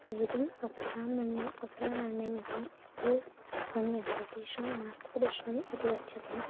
वेदम् अप्रामाण्यम् अप्रामाण्यम् इति ये मन्यन्ते तेषां नास्तिकदर्शनम् इति उच्यते